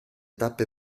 tappe